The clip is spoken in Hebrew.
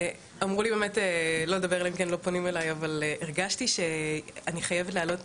אמרו לי לא לדבר אלא אם כן לא פונים אלי אבל הרגשתי שאני חייבת להעלות